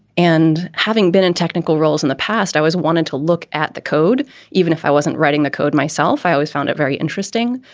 and having been in technical roles in the past, i was wanted to look at the code even if i wasn't writing the code myself. i always found it very interesting.